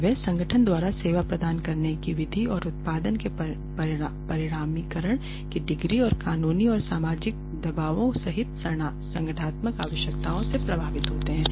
और वे जो संगठन द्वारा सेवा प्रदान करने की विधि और उत्पाद के परिमाणीकरण की डिग्री और कानूनी और सामाजिक दबावों सहित संगठनात्मक आवश्यकताओं से प्रभावित होते हैं